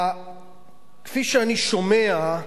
כפי שאני שומע,